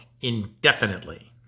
indefinitely